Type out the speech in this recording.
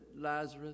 Lazarus